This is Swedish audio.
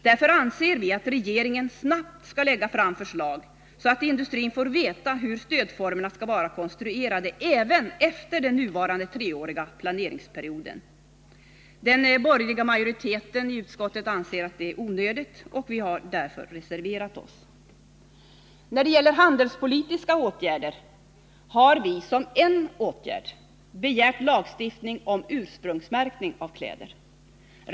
Därför anser vi att regeringen snabbt skall lägga fram förslag, så att industrin får veta hur stödformerna skall vara konstruerade även efter den nuvarande treåriga planeringsperioden. Den borgerliga majoriteten i utskottet anser att det är onödigt. och vi har därför reserverat oss. När det gäller handelspolitiska åtgärder har vi som en åtgärd begärt lagstiftning om ursprungsmärkning av kläder.